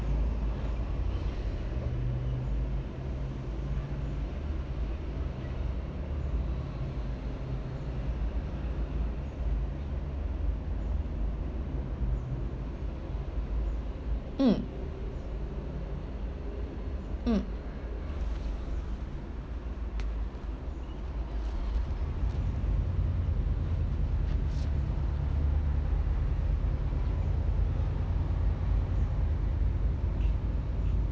mm mm